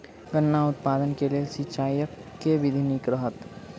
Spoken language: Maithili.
गन्ना उत्पादन केँ लेल सिंचाईक केँ विधि नीक रहत?